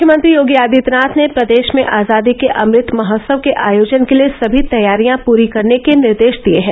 मुख्यमंत्री योगी आदित्यनाथ ने प्रदेश में आजादी के अमृत महोत्सव के आयोजन के लिए समी तैयारियां पूरी करने के निर्देश दिए हैं